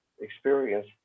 experience